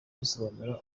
risobanura